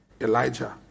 Elijah